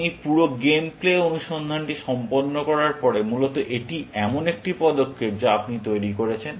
আপনি এই পুরো গেম প্লে অনুসন্ধানটি সম্পন্ন করার পরে মূলত এটি এমন একটি পদক্ষেপ যা আপনি তৈরি করেছেন